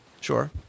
Sure